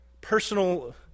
personal